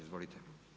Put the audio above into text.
Izvolite.